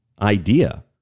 idea